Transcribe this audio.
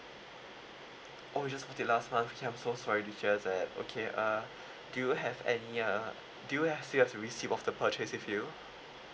oh you just bought it last month okay I'm so sorry to hear that okay uh do you have any uh do you have do you have receipt of the purchase with you